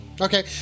Okay